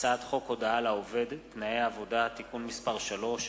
הצעת חוק הודעה לעובד (תנאי עבודה) (תיקון מס' 3)